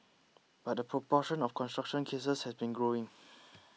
but the proportion of construction cases has been growing